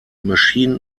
machine